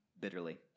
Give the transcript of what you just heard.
bitterly